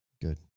Good